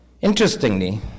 Interestingly